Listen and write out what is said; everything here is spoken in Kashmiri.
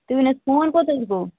تُہۍ ؤنیُو حظ فون کوٚت حظ گوٚو